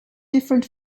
different